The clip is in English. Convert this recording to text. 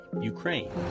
Ukraine